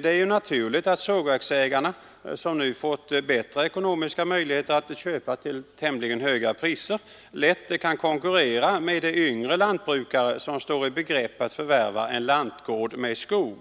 Det är naturligt att sågverksägarna, som nu fått bättre ekonomiska möjligheter att köpa till tämligen höga priser, lätt kan konkurrera med de yngre lantbrukare som står i begrepp att förvärva en lantgård med skog.